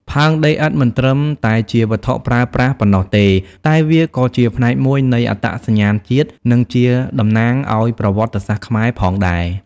ផើងដីឥដ្ឋមិនត្រឹមតែជាវត្ថុប្រើប្រាស់ប៉ុណ្ណោះទេ តែវាក៏ជាផ្នែកមួយនៃ អត្តសញ្ញាណជាតិ និងជា តំណាងឱ្យប្រវត្តិសាស្ត្រខ្មែរ ផងដែរ។